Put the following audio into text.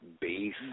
beef